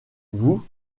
vous